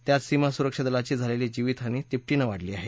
त्यात सीमा सुरक्षा दलाची झालेली जीवितहानी तिपटीनं वाढली आहे